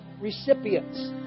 recipients